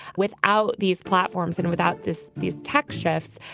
without these platforms and without this these tech shifts,